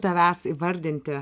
tavęs įvardinti